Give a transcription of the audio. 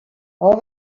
all